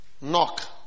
knock